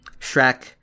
Shrek